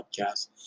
podcast